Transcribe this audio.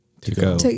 To-go